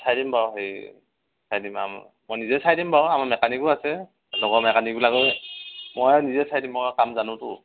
চাই দিম বাৰু হেৰি চাই দিম মই নিজে চাই দিম বাৰু আমাৰ মেকানিকো আছে লগৰ মেকানিকবিলাকে মই নিজে চাই দিম মই কাম জানোতো